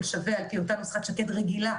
שווה על פי אותה נוסחת שק"ד רגילה,